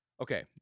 Okay